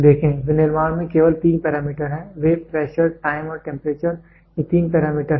देखें विनिर्माण में केवल तीन पैरामीटर हैं वे प्रेशर टाइम और टेंपरेचर ये तीन पैरामीटर हैं